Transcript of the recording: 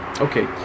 Okay